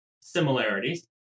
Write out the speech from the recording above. similarities